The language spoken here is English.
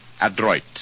adroit